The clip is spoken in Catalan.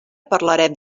parlarem